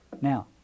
Now